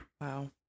Wow